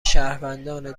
شهروندان